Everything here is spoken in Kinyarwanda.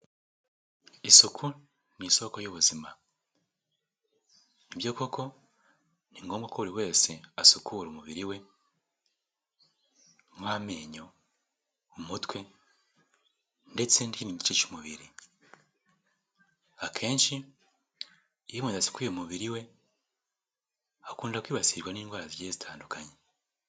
Isuku ni isoko y'ubuzima nibyo koko ni ngombwa ko buri wese asukura umubiri we nk'amenyo umutwe ndetse n'ikindi gice cy'umubiri akenshi iyo umuntu adasukuye umubiri we akunda kwibasirwa n'indwara zigiye zitandukanye.